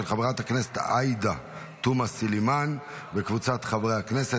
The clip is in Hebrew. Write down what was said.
של חברת הכנסת עאידה תומא סלימאן וקבוצת חברי הכנסת.